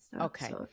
Okay